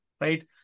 Right